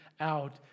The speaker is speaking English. out